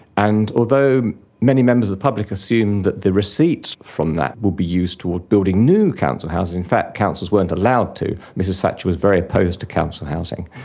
and although many members of the public assumed that the receipts from that would be used toward building new council houses, in fact councils weren't allowed to. mrs thatcher was very opposed to council housing.